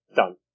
done